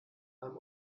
beim